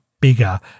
bigger